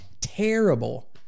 terrible